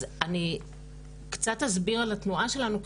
אז אני קצת אסביר על התנועה שלנו,